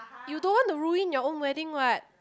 you don't want to ruin your own wedding what